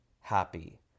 happy